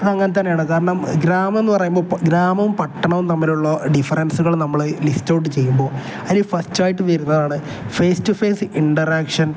അത് അങ്ങനെ തന്നെയാണ് കാരണം ഗ്രാമം എന്നു പറയുമ്പോൾ ഗ്രാമവും പട്ടണവും തമ്മിലുള്ള ഡിഫറൻസുകൾ നമ്മൾ ലിസ്റ്റ് ഔട്ട് ചെയ്യുമ്പോൾ അതിൽ ഫസ്റ്റായിട്ട് വരുന്നതാണ് ഫേസ് ടു ഫേസ് ഇൻററക്ഷൻ